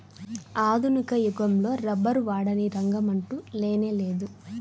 ఆధునిక యుగంలో రబ్బరు వాడని రంగమంటూ లేనేలేదు